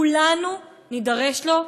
כולנו, נידרש לו,